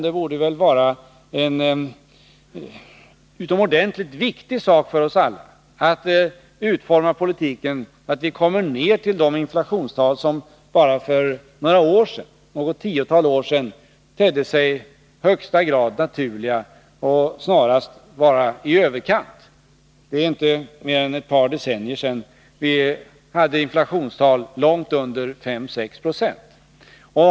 Det borde vara en utomordentligt viktig sak för oss alla att utforma politiken så att vi kommer ner till de inflationstal som för något tiotal år sedan tedde sig i högsta grad naturliga eller snarast i överkant. Det är inte mer än ett par decennier sedan vi hade inflationstal långt under 5-6 70.